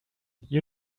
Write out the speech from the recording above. you